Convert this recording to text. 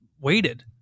waited